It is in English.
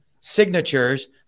signatures